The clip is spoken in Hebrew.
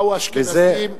באו האשכנזים,